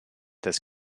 this